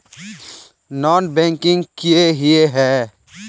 Non banking किए हिये है?